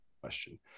question